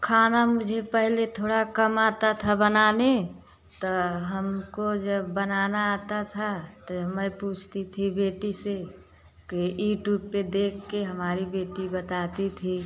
खाना मुझे पहले थोड़ा कम आता था बनाने तो हमको जब बनाना आता था तो मैं पूछती थी बेटी से कि ईटूप पे देख के हमारी बेटी बताती थी